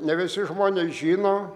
ne visi žmonės žino